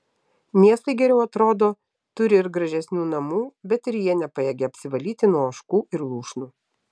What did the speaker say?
miestai geriau atrodo turi ir gražesnių namų bet ir jie nepajėgia apsivalyti nuo ožkų ir lūšnų